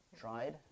tried